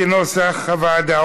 כנוסח הוועדה.